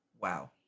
Wow